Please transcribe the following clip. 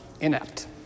inept